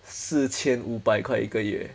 四千五百块一个月